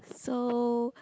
so